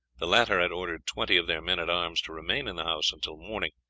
the latter had ordered twenty of their men-at-arms to remain in the house until morning,